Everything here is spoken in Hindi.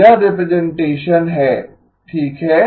यह रिप्रेजेंटेंशन है ठीक है